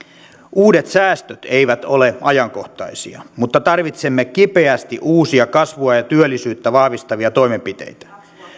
uudet säästöt eivät ole ajankohtaisia mutta tarvitsemme kipeästi uusia kasvua ja työllisyyttä vahvistavia toimenpiteitä